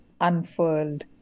unfurled